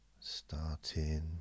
starting